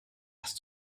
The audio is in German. dass